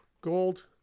Gold